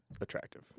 attractive